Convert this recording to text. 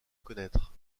connaître